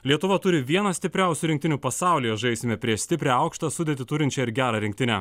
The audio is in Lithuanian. lietuva turi vieną stipriausių rinktinių pasaulyje žaisime prieš stiprią aukštą sudėtį turinčią ir gerą rinktinę